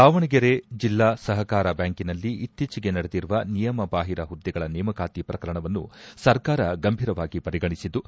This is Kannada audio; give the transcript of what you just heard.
ದಾವಣಗೆರೆ ಜಿಲ್ಲಾ ಸಹಕಾರ ಬ್ಯಾಂಕಿನಲ್ಲಿ ಇತ್ತಿಚೆಗೆ ನಡೆದಿರುವ ನಿಯಮ ಬಾಹಿರ ಹುದ್ದೆಗಳ ನೇಮಕಾತಿ ಪ್ರಕರಣವನ್ನು ಸರ್ಕಾರ ಗಂಭೀರವಾಗಿ ಪರಿಗಣಿಸಿದ್ದು